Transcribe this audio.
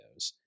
videos